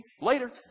Later